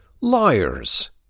Liars